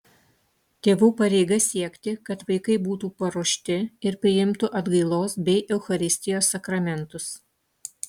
tėvų pareiga siekti kad vaikai būtų paruošti ir priimtų atgailos bei eucharistijos sakramentus